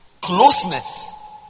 closeness